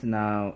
now